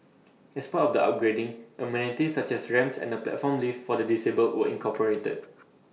as part of the upgrading amenities such as ramps and A platform lift for the disabled were incorporated